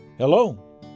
Hello